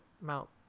Mount